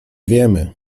wiemy